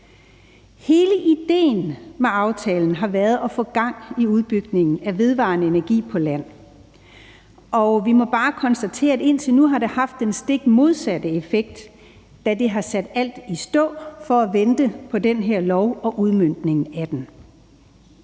Hele idéen med aftalen har været at få gang i udbygningen af vedvarende energi på land, og vi må bare konstatere, at indtil nu har det haft den stik modsatte effekt, da alt er blevet sat i stå for at vente på den her lov og udmøntningen af den.